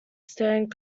stand